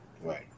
Right